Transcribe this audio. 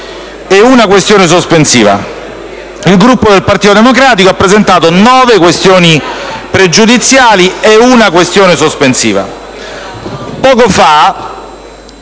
e una questione sospensiva; il Gruppo del Partito Democratico ha presentato nove questioni pregiudiziali e una questione sospensiva. Poco fa,